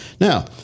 Now